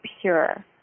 pure